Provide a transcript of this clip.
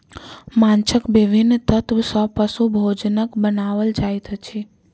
माँछक विभिन्न तत्व सॅ पशु भोजनक बनाओल जाइत अछि